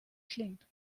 klingt